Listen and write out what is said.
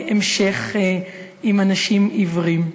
המשך עם אנשים עיוורים.